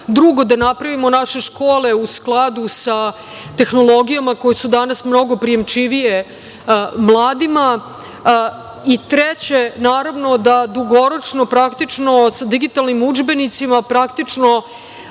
Drugo, da napravimo naše škole u skladu sa tehnologijama koje su danas mnogo prijamčivije mladima. Treće, naravno da dugoročno sa digitalnim udžbenicima Vlada